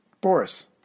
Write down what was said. Boris